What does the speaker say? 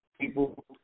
People